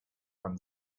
from